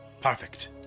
Perfect